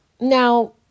Now